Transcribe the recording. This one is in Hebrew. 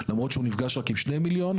למרות שהוא נפגש רק עם שני מיליון,